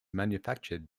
manufactured